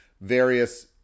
various